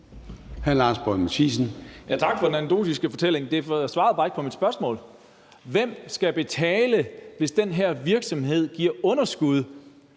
Hvem skal betale, hvis den her virksomhed giver underskud?